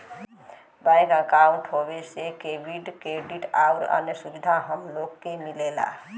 bank अंकाउट होये से डेबिट, क्रेडिट आउर अन्य सुविधा हम लोग के मिलला